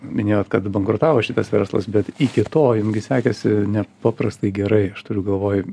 minėjot kad bankrutavo šitas verslas bet iki to jum gi sekėsi nepaprastai gerai aš turiu galvoj